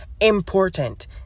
important